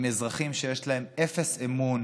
עם אזרחים שיש להם אפס אמון